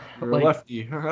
Lefty